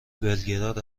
بلگراد